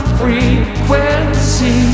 frequency